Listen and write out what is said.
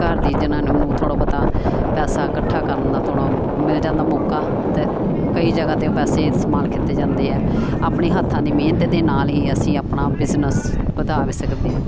ਘਰ ਦੀ ਜਨਾਨਾ ਨੂੰ ਥੋੜ੍ਹਾ ਬਹੁਤ ਪੈਸਾ ਇਕੱਠਾ ਕਰਨ ਦਾ ਥੋੜ੍ਹਾ ਮਿਲ ਜਾਂਦਾ ਮੌਕਾ ਅਤੇ ਕਈ ਜਗ੍ਹਾ 'ਤੇ ਪੈਸੇ ਇਸਤੇਮਾਲ ਕੀਤੇ ਜਾਂਦੇ ਆ ਆਪਣੇ ਹੱਥਾਂ ਦੀ ਮਿਹਨਤ ਦੇ ਨਾਲ ਹੀ ਅਸੀਂ ਆਪਣਾ ਬਿਜਨਸ ਵਧਾ ਵੀ ਸਕਦੇ ਹਾਂ